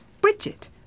Bridget